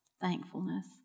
thankfulness